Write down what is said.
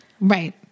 Right